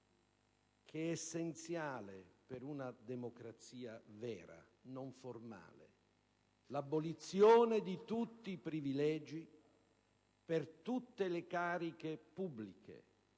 essenziale per una democrazia vera e non formale, che prevede l'abolizione di tutti i privilegi per tutte le cariche pubbliche,